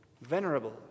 venerable